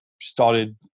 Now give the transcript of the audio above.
started